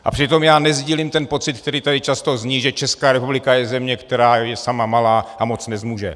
A přitom já nesdílím ten pocit, který tady často zní, že Česká republika je země, která je sama malá a moc nezmůže.